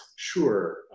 sure